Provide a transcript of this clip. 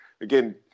again